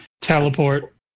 Teleport